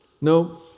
No